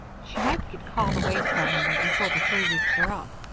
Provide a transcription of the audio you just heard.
she might get called away suddenly before the three weeks are up,